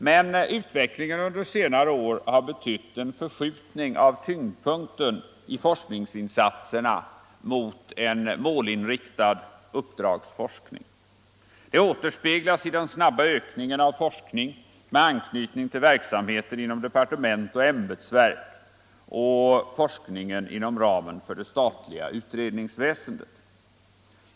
Men utvecklingen under senare år har betytt en förskjutning av tyngdpunkten i forskningsinsatserna mot en målinriktad uppdragsforskning. Det återspeglas i den snabba ökningen av forskning med anknytning till verksamheten inom departement och ämbetsverk och forskning inom ramen för det statliga universitetsväsendet.